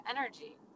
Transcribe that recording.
energy